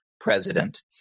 president